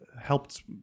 helped